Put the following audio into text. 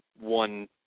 one